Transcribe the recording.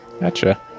gotcha